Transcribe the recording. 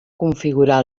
configurar